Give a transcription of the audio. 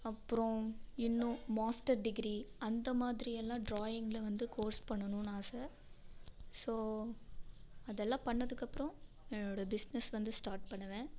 அப்புறோம் இன்னும் master degree அந்த மாதிரி எல்லாம் டிராயிங்கில் வந்து கோர்ஸ் பண்ணணும்னு ஆசை ஸோ அதெல்லாம் பண்ணிணதுக்கு அப்புறோம் என்னோடய பிஸ்னஸ் வந்து ஸ்டார்ட் பண்ணுவேன்